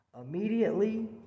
Immediately